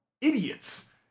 idiots